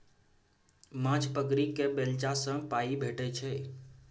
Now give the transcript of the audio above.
माछ पकरि केँ बेचला सँ पाइ भेटै छै